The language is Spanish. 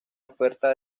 oferta